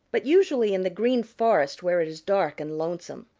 but usually in the green forest where it is dark and lonesome.